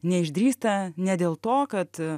neišdrįsta ne dėl to kad